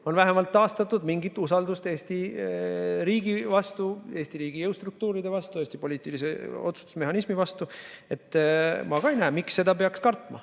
on vähemalt taastatud mingisugune usaldus Eesti riigi vastu, Eesti riigi jõustruktuuride vastu, Eesti poliitilise otsustusmehhanismi vastu. Ma ka ei näe, miks seda peaks kartma